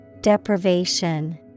Deprivation